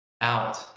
out